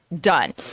Done